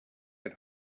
from